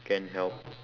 can't help